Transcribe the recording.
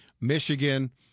Michigan